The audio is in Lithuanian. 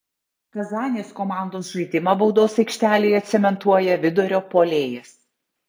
kazanės komandos žaidimą baudos aikštelėje cementuoja vidurio puolėjas